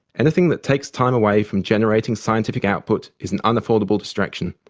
anything that takes time away from generating scientific output is an unaffordable distraction.